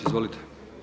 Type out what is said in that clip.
Izvolite.